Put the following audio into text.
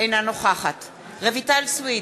אינה נוכחת רויטל סויד,